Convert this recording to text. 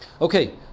okay